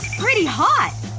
pretty hot!